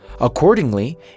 Accordingly